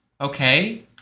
okay